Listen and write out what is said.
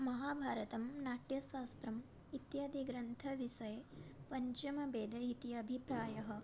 महाभारतं नाट्यशास्त्रम् इत्यादिग्रन्थविषये पञ्चमवेदः इति अभिप्रायः